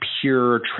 pure